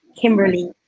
Kimberly